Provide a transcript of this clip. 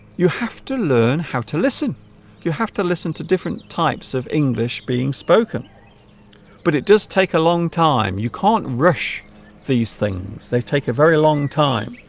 you have to learn how to listen you have to listen to different types of english being spoken but it does take a long time you can't rush these things they take a very long time